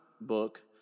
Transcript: book